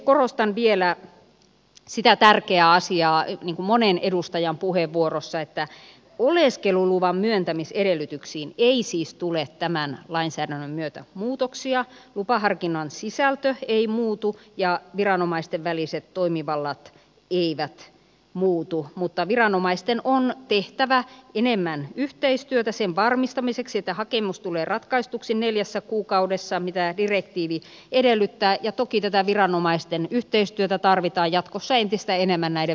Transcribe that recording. korostan vielä sitä tärkeää asiaa niin kuin monen edustajan puheenvuorossa että oleskeluluvan myöntämisedellytyksiin ei siis tule tämän lainsäädännön myötä muutoksia lupaharkinnan sisältö ei muutu ja viranomaisten väliset toimivallat eivät muutu mutta viranomaisten on tehtävä enemmän yhteistyötä sen varmistamiseksi että hakemus tulee ratkaistuksi neljässä kuukaudessa mitä direktiivi edellyttää ja toki tätä viranomaisten yhteistyötä tarvitaan jatkossa entistä enemmän näiden väärinkäytösten ennalta ehkäisemiseksi